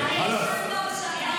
אין הרתעה.